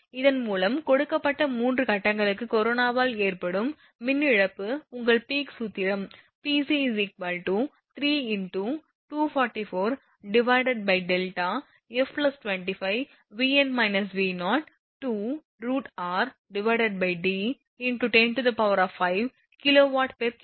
இதன்மூலம் கொடுக்கப்பட்ட 3 கட்டங்களுக்கு கரோனாவால் ஏற்படும் மின் இழப்பு உங்கள் பீக் சூத்திரம் Pc 3 × 244δ f 25 2√rD × 10−5 kWkm